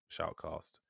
shoutcast